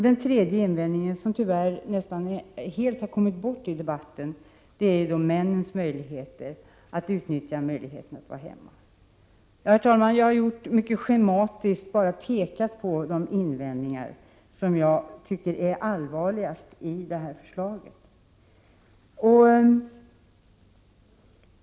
Den tredje invändningen, som tyvärr nästan helt kommit bort i debatten, handlar om männens chans att utnyttja möjligheten att vara hemma. Herr talman, jag har mycket schematiskt pekat på de invändningar som jag tycker är allvarligast i detta förslag.